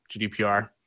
GDPR